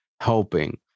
helping